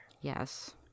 Yes